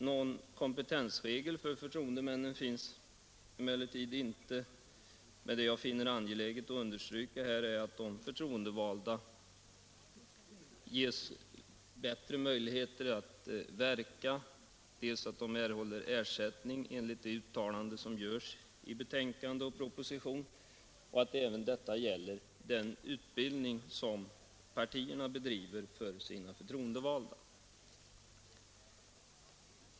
Någon kompetensregel för förtroendemännen finns emellertid inte, men det jag finner angeläget att understryka här är att de förtroendevalda måste ges bättre möjligheter att verka — bl.a. på så sätt att de erhåller ersättning i enlighet med uttalanden som görs i proposition och betänkanden, något som också skall gälla den utbildning partierna bedriver för sina förtroendevalda.